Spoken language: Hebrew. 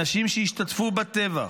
אנשים שהשתתפו בטבח,